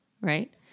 right